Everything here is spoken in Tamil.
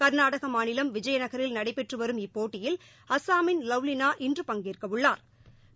கா் நாடக மா நிலம் விஜயநகாில் நடைபெற்று வரும் இப்போட்டியில் அஸ்ஸாமின் இன்று பங் கேற்கவள்ளாா்